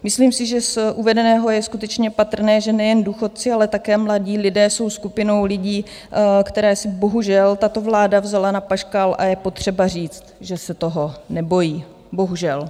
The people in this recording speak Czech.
Myslím si, že z uvedeného je skutečně patrné, že nejen důchodci, ale také mladí lidé jsou skupinou lidí, které si bohužel tato vláda vzala na paškál, a je potřeba říct, že se toho nebojí bohužel.